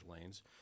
lanes